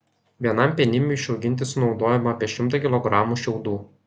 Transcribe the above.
vienam penimiui išauginti sunaudojama apie šimtą kilogramų šiaudų